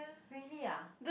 really ah